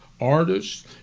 artists